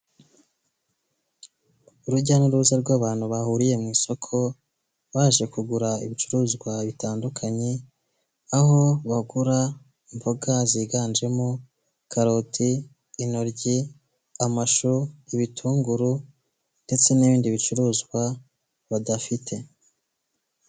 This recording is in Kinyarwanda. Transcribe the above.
Urujya n'uruza rw'abantu bahuriye mu isoko baje kugura ibicuruzwa bitandukanye, aho bagura imboga ziganjemo karoti, intoryi, amashu, ibitunguru, ndetse n'ibindi bicuruzwa badafite.